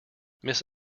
miss